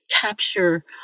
capture